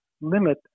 limit